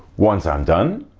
once i'm done,